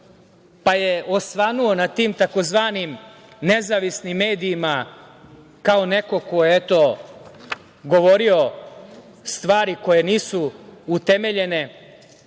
pa je osvanuo na tim tzv. nezavisnim medijima kao neko ko je, eto, govorio stvari koje nisu utemeljene,